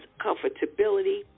comfortability